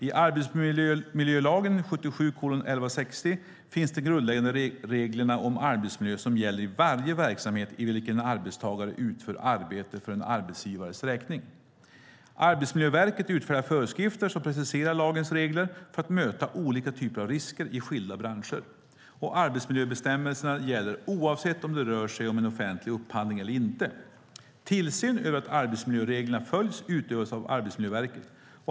I arbetsmiljölagen finns de grundläggande reglerna om arbetsmiljö, som gäller i varje verksamhet i vilken en arbetstagare utför arbete för en arbetsgivares räkning. Arbetsmiljöverket utfärdar föreskrifter som preciserar lagens regler för att möta olika typer av risker i skilda branscher. Arbetsmiljöbestämmelserna gäller oavsett om det rör sig om en offentlig upphandling eller inte. Tillsyn över att arbetsmiljöreglerna följs utövas av Arbetsmiljöverket.